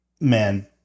Man